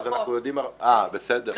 --- בסדר,